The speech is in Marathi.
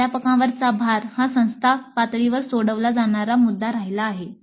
प्राध्यापकांवरचा भार हा संस्था पातळीवर सोडवला जाणारा मुद्दा राहिला आहे